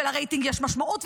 ולרייטינג יש משמעות,